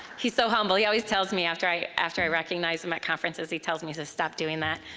he's so humble. he always tells me after i after i recognize him at conferences, he tells me to stop doing that.